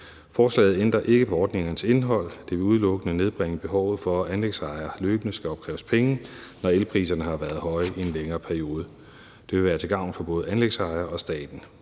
Forslaget ændrer ikke på ordningernes indhold. Det vil udelukkende nedbringe behovet for, at anlægsejere løbende skal opkræves penge, når elpriserne har været høje i en længere periode. Det vil være til gavn for både anlægsejere og staten.